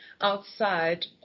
outside